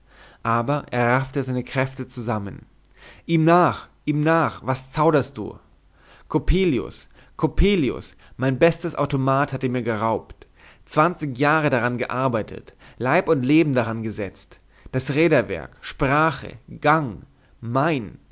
aber er raffte seine kräfte zusammen ihm nach ihm nach was zauderst du coppelius coppelius mein bestes automat hat er mir geraubt zwanzig jahre daran gearbeitet leib und leben daran gesetzt das räderwerk sprache gang mein